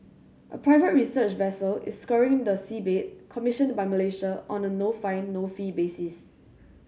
a private research vessel is scouring the seabed commissioned by Malaysia on a no find no fee basis